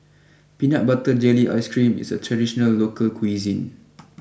Peanut Butter Jelly Ice cream is a traditional local cuisine